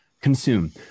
Consume